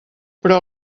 però